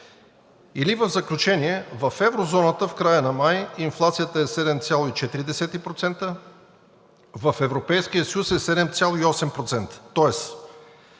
Или в заключение, в еврозоната в края на май инфлацията е 7,4%, в Европейския съюз е 7,8%.